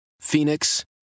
Phoenix